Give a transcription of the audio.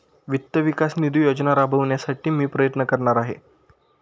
वित्त विकास निधी योजना राबविण्यासाठी मी प्रयत्न करणार आहे